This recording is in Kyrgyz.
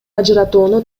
ажыратууну